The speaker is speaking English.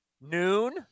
Noon